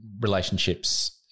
relationships